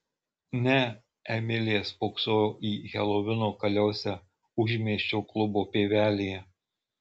ne emilija spoksojo į helovino kaliausę užmiesčio klubo pievelėje